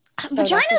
Vaginas